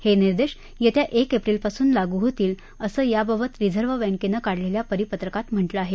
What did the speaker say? हे निर्देश येत्या एक एप्रिलपासून लागू होतील असं याबाबत रिझर्व्ह बैंकेनं काढलेल्या परिपत्रकात म्हटलं आहे